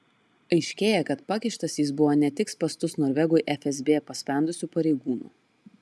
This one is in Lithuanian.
aiškėja kad pakištas jis buvo ne tik spąstus norvegui fsb paspendusių pareigūnų